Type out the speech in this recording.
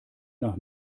nach